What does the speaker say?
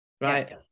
right